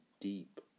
deep